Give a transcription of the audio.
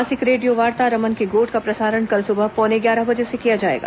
मासिक रेडियो वार्ता रमन के गोठ का प्रसारण कल सुबह पौने ग्यारह बजे से किया जाएगा